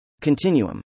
Continuum